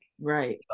right